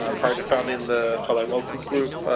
ah prior to founding the kalaimoku group,